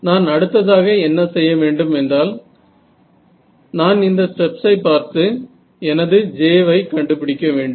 நான் அடுத்ததாக என்ன செய்ய வேண்டும் என்றால் நான் இந்த ஸ்டெப்ஸ் ஐ பார்த்து எனது J ஐ கண்டுபிடிக்க வேண்டும்